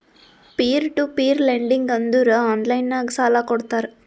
peer to peer lending ಅಂದುರ್ online ನಾಗ್ ಸಾಲಾ ಕೊಡ್ತಾರ